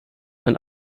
ein